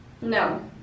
No